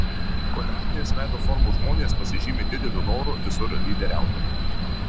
kvadratinės veido formos žmonės pasižymi dideliu noru visur lyderiauti